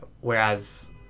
Whereas